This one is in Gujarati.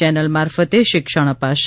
ચેનલ મારફતે શિક્ષણ અપાશે